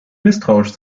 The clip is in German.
misstrauisch